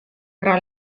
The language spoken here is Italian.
tra